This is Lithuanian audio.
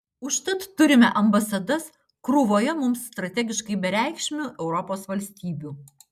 užtat turime ambasadas krūvoje mums strategiškai bereikšmių europos valstybių